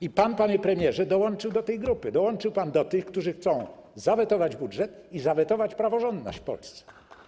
I pan, panie premierze, dołączył do tej grupy, dołączył pan do tych, którzy chcą zawetować budżet i zawetować praworządność w Polsce.